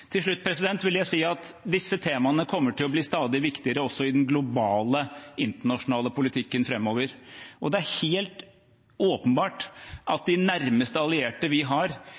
Til slutt vil jeg si at disse temaene kommer til å bli stadig viktigere også i den globale internasjonale politikken framover. Det er helt åpenbart at de nærmeste allierte vi har